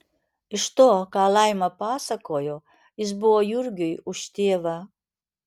iš to ką laima pasakojo jis buvo jurgiui už tėvą